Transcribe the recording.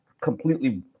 completely